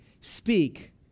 speak